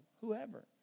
whoever